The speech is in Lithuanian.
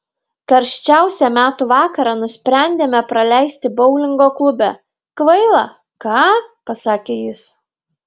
karščiausią metų vakarą nusprendėme praleisti boulingo klube kvaila ką pasakė jis